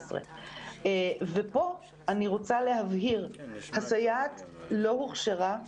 ופה אני רוצה להבהיר, הסייעת לא הוכשרה ללמד,